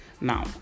Now